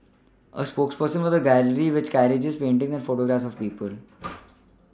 a spokesman for the gallery which carries paintings and photographs of people